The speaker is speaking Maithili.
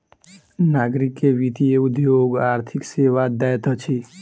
नागरिक के वित्तीय उद्योग आर्थिक सेवा दैत अछि